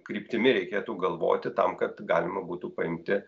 kryptimi reikėtų galvoti tam kad galima būtų paimti